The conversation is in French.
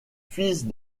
fils